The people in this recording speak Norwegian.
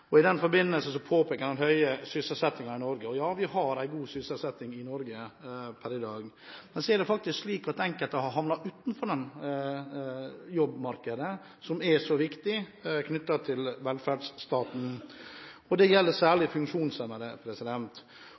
Stoltenberg. I den forbindelse påpeker han den høye sysselsettingen i Norge. Ja, vi har en god sysselsetting i Norge per i dag. Men det er faktisk slik at enkelte har havnet utenfor jobbmarkedet, som er så viktig i velferdsstaten, og det gjelder særlig funksjonshemmede.